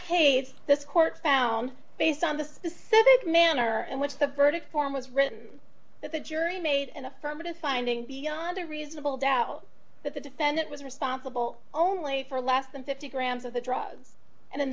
case this court found based on the specific manner in which the verdict form was written that the jury made an affirmative finding beyond a reasonable doubt that the defendant was responsible only for less than fifty grams of the drugs and in